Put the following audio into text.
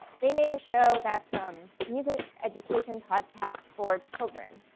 they made a show that's um music education podcast for children.